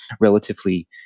relatively